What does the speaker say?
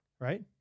Right